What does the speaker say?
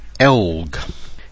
ELG